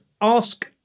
ask